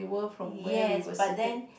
yes but then